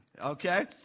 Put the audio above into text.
Okay